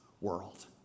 world